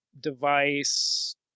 device